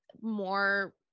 more